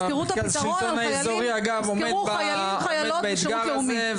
תזכרו - חיילים חיילות בשרות לאומי.